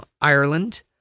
Ireland